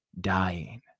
dying